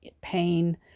pain